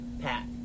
Pat